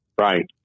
Right